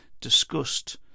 discussed